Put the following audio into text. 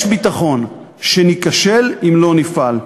יש ביטחון שניכשל אם לא נפעל,